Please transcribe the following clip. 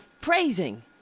praising